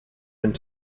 and